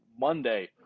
Monday